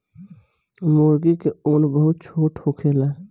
मूर्गी के उम्र बहुत छोट होखेला